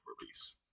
release